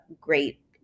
great